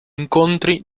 incontri